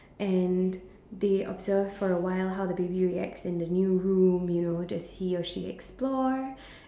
and they observe for a while how the baby reacts in the new room you know does he or she explore